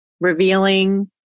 revealing